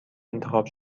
انتخاب